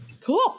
Cool